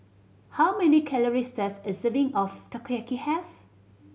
how many calories does a serving of Takoyaki have